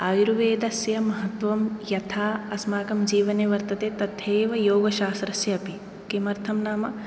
आयुर्वेदस्य महत्वं यथा अस्माकं जीवने वर्तते तथैव योगशास्त्रस्य अपि किमर्थं नाम